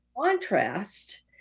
contrast